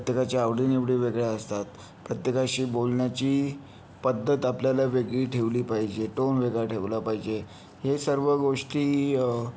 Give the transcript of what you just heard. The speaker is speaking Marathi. प्रत्येकाच्या आवडीनिवडी वेगळ्या असतात प्रत्येकाशी बोलण्याची पद्धत आपल्याला वेगळी ठेवली पाहिजे टोन वेगळा ठेवला पाहिजे हे सर्व गोष्टी